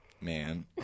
man